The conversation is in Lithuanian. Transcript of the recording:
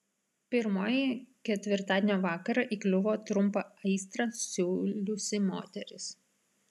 pirmoji ketvirtadienio vakarą įkliuvo trumpą aistrą siūliusi moteris